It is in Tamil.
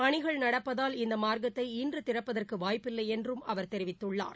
பணிகள் நடப்பதால் இந்த மார்க்கத்தை இன்று திறப்பதற்கு வாய்ப்பில்லை என்றும் அவர் தெரிவித்துள்ளார்